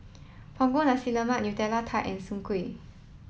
Punggol Nasi Lemak Nutella Tart and Soon Kuih